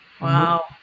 Wow